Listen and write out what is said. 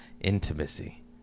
intimacy